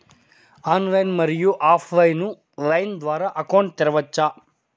Online, మరియు offline line ద్వారా account తెరవచ్చా?